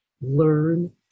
learn